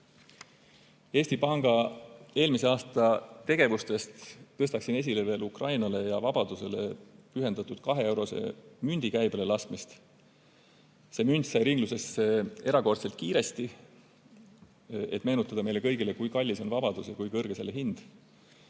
Panga eelmise aasta tegevustest tõstaksin esile veel Ukrainale ja vabadusele pühendatud 2-eurose mündi käibele laskmist. See münt sai ringlusesse erakordselt kiiresti, et meenutada meile kõigile, kui kallis on vabadus ja kui kõrge selle hind.